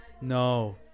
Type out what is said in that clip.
No